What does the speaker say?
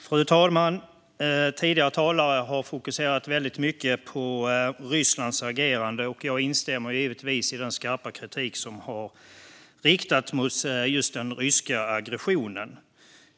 Fru talman! Tidigare talare har fokuserat väldigt mycket på Rysslands agerande, och jag instämmer givetvis i den skarpa kritik som har riktats mot den ryska aggressionen.